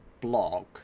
blog